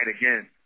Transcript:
again